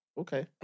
Okay